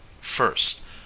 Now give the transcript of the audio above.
first